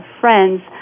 friends